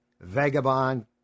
vagabond